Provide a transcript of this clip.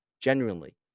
genuinely